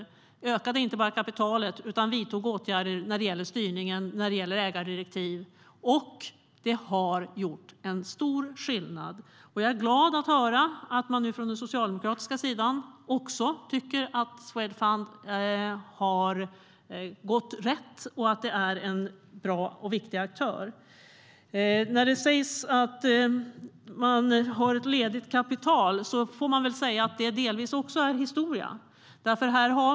Alliansen inte bara ökade kapitalet utan vidtog också åtgärder när det gällde styrningen och ägardirektiv. Det har gjort en stor skillnad. Jag är glad att höra att man nu från den socialdemokratiska sidan också tycker att Swedfund har gått rätt och att det är en bra och viktig aktör. När det sägs att man har ett ledigt kapital är det delvis historia.